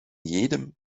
jedem